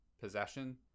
possession